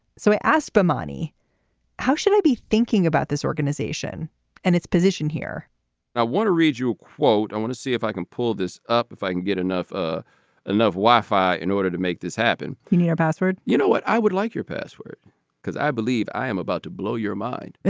so i asked bomani how should i be thinking about this organization and its position here i want to read you a quote i want to see if i can pull this up if i can get enough ah enough wi-fi in order to make this happen. you know your password you know what i would like your password because i believe i'm about to blow your mind